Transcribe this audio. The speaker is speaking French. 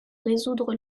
résoudre